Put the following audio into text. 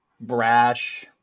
brash